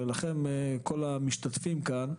ולכם כל המשתתפים כאן,